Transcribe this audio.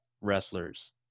wrestlers